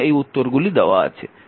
এবং এই উত্তরগুলি দেওয়া আছে